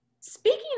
speaking